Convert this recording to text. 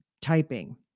typing